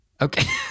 Okay